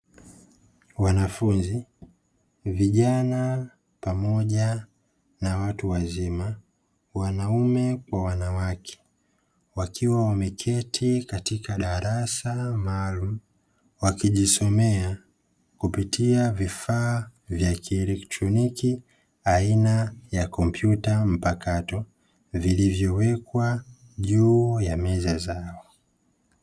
Wanafunzi, vijana pamoja na watu wazima, wanaume kwa wanawake wakiwa wameketi katika darasa maalumu wakijisomea kupitia vifaa vya kielektroniki aina ya kompyuta mpakato vilivyowekwa juu ya meza zao.